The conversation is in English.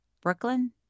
Brooklyn